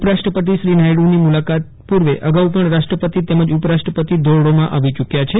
ઉપરાષ્ટ્રપતિ શ્રી નાયડની મુલાકાત પૂર્વે અગાઉ પણ રાષ્ટ્રપતિ તેમજ ઉપરાષ્ટ્રપતિ ધોરડોમાં આવી ચૂક્યા છે